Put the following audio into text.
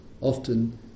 often